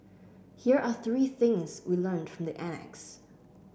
here are three things we learnt from the annex